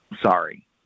Sorry